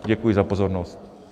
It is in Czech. Děkuji za pozornost.